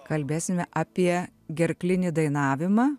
kalbėsime apie gerklinį dainavimą